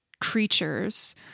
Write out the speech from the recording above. creatures